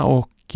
och